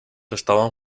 estaban